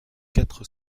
quatre